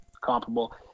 comparable